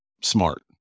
smart